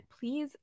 please